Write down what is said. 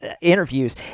interviews